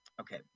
okay